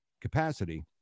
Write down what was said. capacity